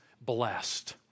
blessed